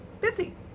busy